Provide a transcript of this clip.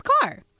car